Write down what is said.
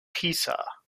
pisa